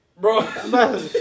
bro